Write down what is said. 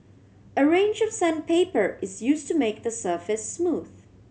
a range of sandpaper is used to make the surface smooth